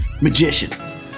magician